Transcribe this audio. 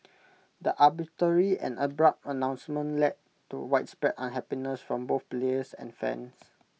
the arbitrary and abrupt announcement led to widespread unhappiness from both players and fans